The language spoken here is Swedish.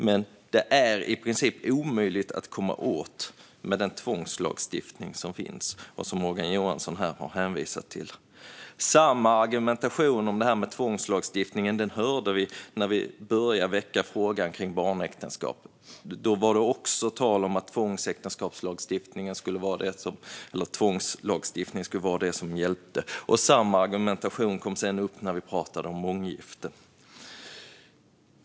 Men det är i princip omöjligt att komma åt detta med den tvångslagstiftning som finns och som Morgan Johansson här har hänvisat till. Samma argumentation om tvångslagstiftning hörde vi när vi började väcka frågan om barnäktenskap. Då var det också tal om att tvångslagstiftningen skulle vara det som hjälpte. Samma argumentation kom sedan upp när vi pratade om månggifte.